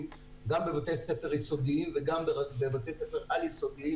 גם בבתי ספר יסודיים וגם בבתי ספר על-יסודיים,